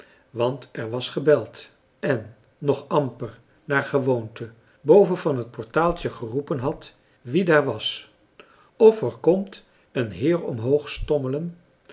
want er was gebeld en nog amper naar gewoonte boven van het portaaltje geroepen had wie daar was of er komt een heer omhoog stommelen